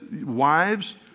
wives